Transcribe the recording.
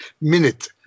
minute